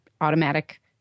automatic